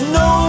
no